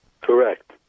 Correct